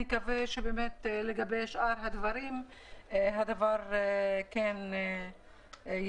נקווה שבאמת לגבי שאר הדברים הדבר כן יתרחש.